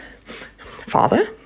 Father